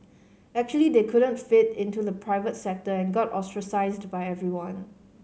actually they couldn't fit into the private sector and got ostracised by everyone